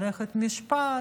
מערכת המשפט,